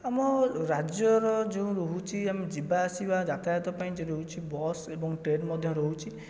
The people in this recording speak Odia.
ଆମ ରାଜ୍ୟର ଯେଉଁ ରହୁଛି ଆମେ ଯିବାଆସିବା ଯାତାୟାତ ପାଇଁ ଯେ ରହୁଛି ବସ୍ ଏବଂ ଟ୍ରେନ୍ ମଧ୍ୟ ରହୁଛି